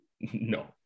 No